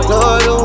Lord